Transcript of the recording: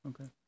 Okay